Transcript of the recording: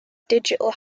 digital